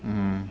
um